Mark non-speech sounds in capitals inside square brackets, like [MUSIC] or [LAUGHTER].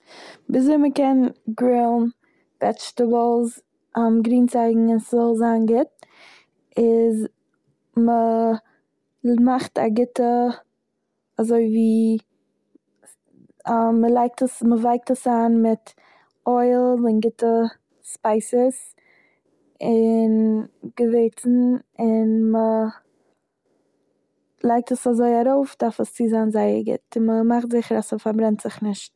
ווי אזוי מ'קען גרילן וועטשטעבלס [HESITATION] גרינצייגן און ס'זאל זיין גוט, איז מ'מאכט א גוטע אזוי ווי [HESITATION] מ'לייגט עס- מ'ווייקט עס איין מיט אויל און גוטע ספייסעס און געווירצן און מ'לייגט עס אזוי ארויף דארף עס צו זיין זייער גוט, און מ'מאכט זיכער אז ס'פארברענט זיך נישט.